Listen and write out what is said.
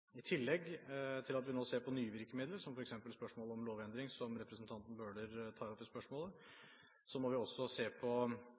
I tillegg til å se på nye virkemidler, som f.eks. spørsmålet om lovendring som representanten Bøhler tar opp i